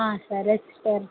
ఆ సరే సిస్టర్